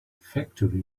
factory